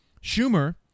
Schumer